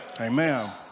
Amen